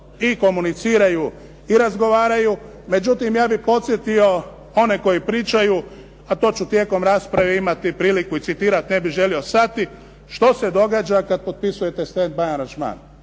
i komuniciraju i razgovaraju. Međutim, ja bih podsjetio one koji pričaju a to ću tijekom rasprave imati priliku i citirati, ne bih želio …/Govornik se ne razumije./… što se događa kada potpisujete stand by aranžman,